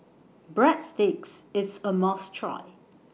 Breadsticks IS A must Try